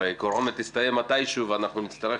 הרי הקורונה תסתיים מתישהו ואנחנו נצטרך